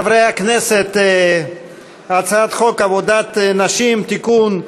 חברי הכנסת, הצעת חוק עבודת נשים (תיקון,